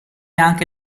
anche